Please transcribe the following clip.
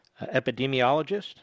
epidemiologist